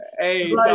Hey